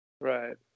right